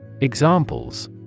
Examples